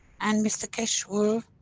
and mr keshe will